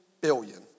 billion